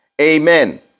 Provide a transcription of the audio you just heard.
amen